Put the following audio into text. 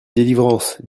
delivrance